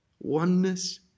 oneness